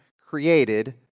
created